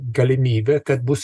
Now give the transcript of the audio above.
galimybė kad bus